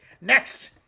Next